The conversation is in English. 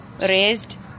raised